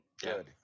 good